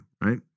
right